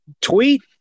tweet